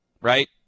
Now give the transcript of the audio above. Right